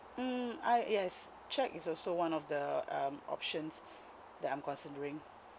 mm I yes cheque is also one of the um options that I'm considering